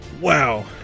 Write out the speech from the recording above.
Wow